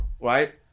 right